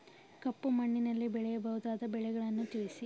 ಕಪ್ಪು ಮಣ್ಣಿನಲ್ಲಿ ಬೆಳೆಯಬಹುದಾದ ಬೆಳೆಗಳನ್ನು ತಿಳಿಸಿ?